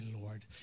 Lord